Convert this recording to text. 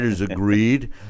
agreed